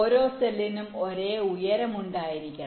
ഓരോ സെല്ലിനും ഒരേ ഉയരം ഉണ്ടായിരിക്കണം